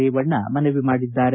ರೇವಣ್ಣ ಮನವಿ ಮಾಡಿದ್ದಾರೆ